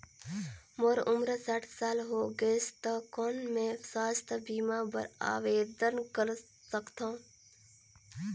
मोर उम्र साठ साल हो गे से त कौन मैं स्वास्थ बीमा बर आवेदन कर सकथव?